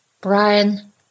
Brian